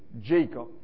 Jacob